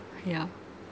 yeah